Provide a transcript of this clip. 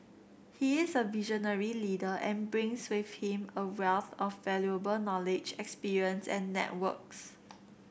he is a visionary leader and brings with him a wealth of valuable knowledge experience and networks